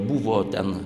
buvo ten